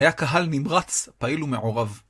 היה קהל נמרץ, פעיל ומעורב.